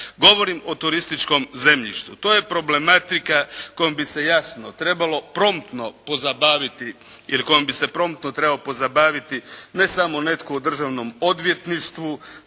Govorim o turističkom zemljištu. To je problematika kojom bi se jasno trebalo promptno pozabaviti, ili kojom bi se promptno trebao pozabaviti ne samo netko u Državnom odvjetništvu